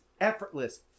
effortless